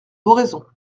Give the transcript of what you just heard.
oraison